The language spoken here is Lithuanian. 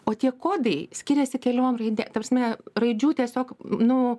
o tie kodai skiriasi keliom raidė ta prasme raidžių tiesiog nu